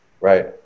Right